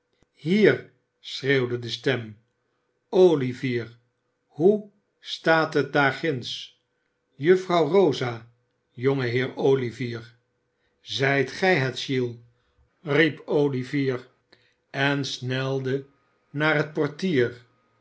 hier schreeuwde de stem olivier hoe staat het daarginds juffrouw rosa jongeheer olivier zijt gij het giles riep olivier en snelde naar het portier